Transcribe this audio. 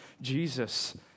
Jesus